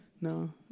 No